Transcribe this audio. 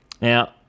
Now